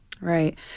Right